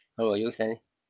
how about you stanley